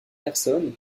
personnes